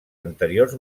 anteriors